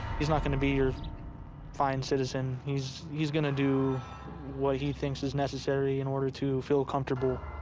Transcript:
he's not gonna be your fine citizen. he's he's gonna do what he thinks is necessary in order to feel comfortable.